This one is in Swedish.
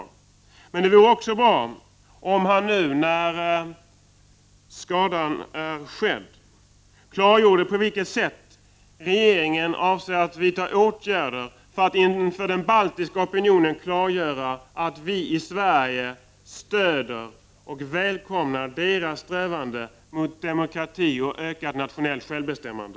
Nu när skadan redan är skedd vore det också bra om utrikesministern ville tala om vilka åtgärder regeringen avser vidta för att inför den baltiska opinionen klargöra att vi i Sverige stöder och välkomnar dess strävanden för demokrati och ökat nationellt självbestämmande.